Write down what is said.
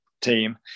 team